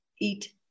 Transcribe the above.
eat